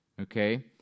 okay